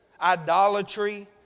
idolatry